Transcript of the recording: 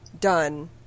done